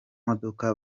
modoka